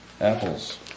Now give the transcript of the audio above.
apples